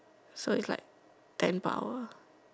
so it's like ten per hour